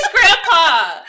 grandpa